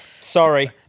Sorry